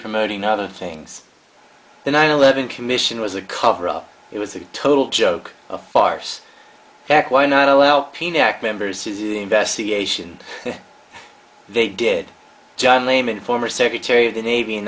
promoting other things the nine eleven commission was a cover up it was a total joke a farce act why not allow the neck members to investigation they did john lehman former secretary of the navy in